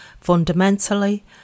Fundamentally